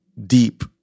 deep